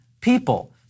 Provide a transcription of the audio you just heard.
people